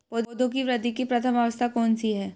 पौधों की वृद्धि की प्रथम अवस्था कौन सी है?